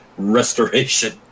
restoration